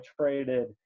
traded